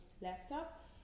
laptop